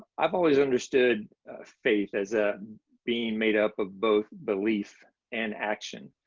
i've always understood faith as ah being made up of both belief and action,